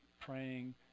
praying